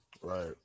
Right